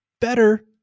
better